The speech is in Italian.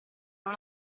non